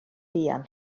fuan